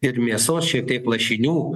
ir mėsos šiaip taip lašinių